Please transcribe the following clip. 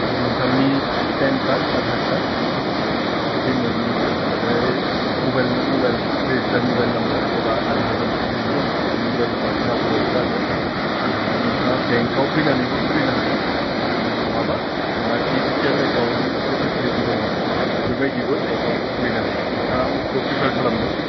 नोंथांनि PAN card Aadhaar card बि मोन्नैखौ ओमफ्राय मबाइल ना मबाइल रेजिस्टार मबाइल नाम्बार एबा आदारजों जि लिं दङ बे मबाइल नाम्बारखौ लाबोबाबो जागोन नोंथाङा बेंकआव फैनानैबो खुलिनो हायो नङाबा दिजिटेल एकाउन्डनि मोनसे फिसिलिटि दङ बेफोरबायदिबो एकाउन्डखौ खुलिनो हायो नोंथाङा मबेखौ फ्रिपियार खालामगोन